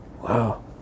Wow